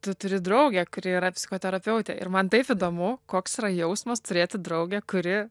tu turi draugę kuri yra psichoterapeutė ir man taip įdomu koks yra jausmas turėti draugę kuri